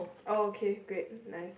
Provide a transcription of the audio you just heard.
okay great nice